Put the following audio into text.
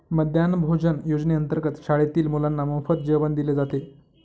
मध्यान्ह भोजन योजनेअंतर्गत शाळेतील मुलांना मोफत जेवण दिले जाते